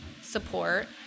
support